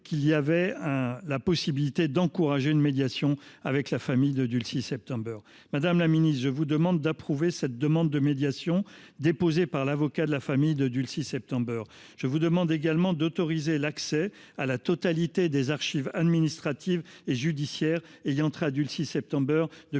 qu’il était possible de faciliter une médiation avec la famille de Dulcie September. Madame la ministre, je vous demande d’approuver cette demande de médiation déposée par l’avocat de la famille de Dulcie September. Je vous demande également d’autoriser l’accès à la totalité des archives administratives et judiciaires ayant trait à Dulcie September, depuis